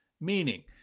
meaning